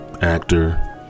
actor